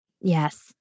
Yes